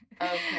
Okay